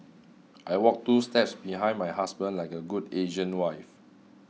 I walk two steps behind my husband like a good Asian wife